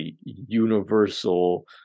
universal